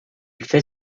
fait